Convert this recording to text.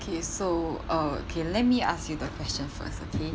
okay so uh okay let me ask you the question first okay